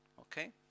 Okay